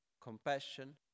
compassion